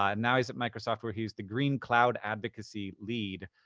um now he's at microsoft, where he's the green cloud advocacy lead.